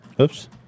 Oops